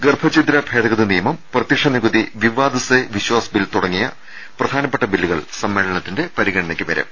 ഗർഭ ഛിദ്ര ഭേദഗതി നിയമം പ്രത്യക്ഷനികുതി വിവാദ്സേ വിശ്വാസ് ബിൽ തുട ങ്ങിയ പ്രധാനപ്പെട്ട ബില്ലുകൾ സമ്മേളനത്തിന്റെ പരിഗണനയ്ക്കു വരും